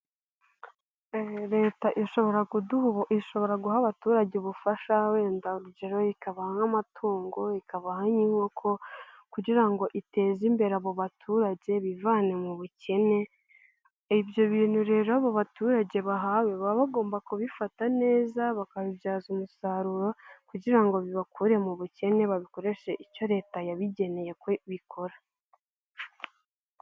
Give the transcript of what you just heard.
Leta ishobora guha abaturage ubufasha wenda urugero ikabaha nk'amatungo, ikaba aha nk'inkoko kugira ngo iteze imbere abo baturage bivane mu bukene, ibyo bintu rero abo baturage bahawe baba bagomba kubifata neza bakabibyaza umusaruro kugira ngo bibakure mu bukene babikoreshe icyo leta yabigeneye ko ibikora.